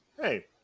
hey